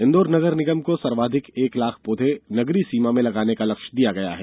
इंदौर नगर निगम को सर्वाधिक एक लाख पौधे नगरीय सीमा में लगवाने का लक्ष्य दिया गया है